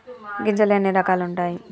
గింజలు ఎన్ని రకాలు ఉంటాయి?